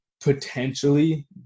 potentially